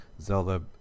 Zelda